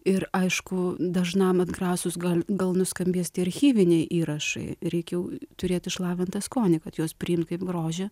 ir aišku dažnam atgrasūs gal gal nuskambės tie archyviniai įrašai reikia turėt išlavintą skonį kad juos priimt kaip grožį